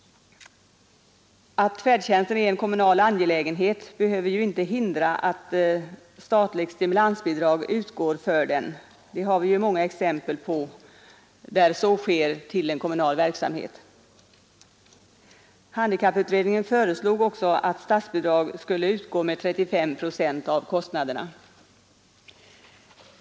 Att färdtjänsten är en kommunal angelägenhet behöver inte hindra att statliga stimulansbidrag utgår för den. Att så sker till kommunal verksamhet har vi ju många exempel på. Handikapputredningen föreslog också att statsbidrag skulle utgå med 35 procent av kostnaderna.